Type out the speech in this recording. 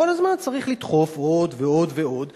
וכל הזמן צריך לדחוף עוד ועוד ועוד.